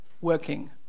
working